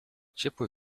ciepły